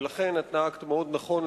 ולכן נהגת מאוד נכון,